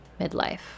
midlife